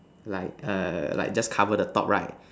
like a like just cover the top right